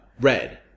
Red